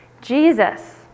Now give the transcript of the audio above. Jesus